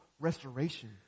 restoration